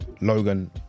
Logan